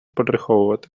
приховувати